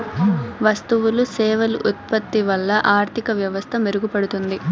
వస్తువులు సేవలు ఉత్పత్తి వల్ల ఆర్థిక వ్యవస్థ మెరుగుపడుతుంది